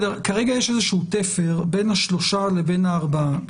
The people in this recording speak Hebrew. כרגע יש איזה שהוא תפר בין ה-3 לבין ה-4.